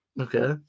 Okay